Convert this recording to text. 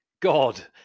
God